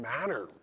matter